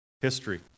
history